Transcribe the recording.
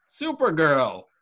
Supergirl